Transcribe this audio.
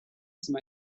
time